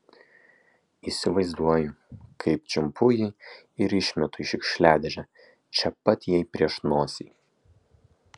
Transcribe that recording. įsivaizduoju kaip čiumpu jį ir išmetu į šiukšliadėžę čia pat jai prieš nosį